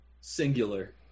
Singular